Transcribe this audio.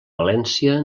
valència